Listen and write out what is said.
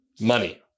money